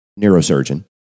neurosurgeon